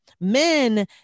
men